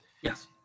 Yes